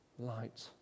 light